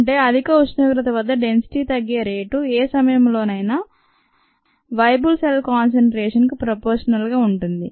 అంటే అధిక ఉష్ణోగ్రత వద్ద డెన్సిటీ తగ్గే రేటు ఏ సమయంలోనైనా వయబుల్ సెల్ కాన్సంట్రేషన్ కు ప్రోపోషనల్ గా ఉంటుంది